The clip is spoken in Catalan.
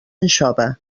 anxova